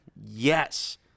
Yes